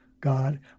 God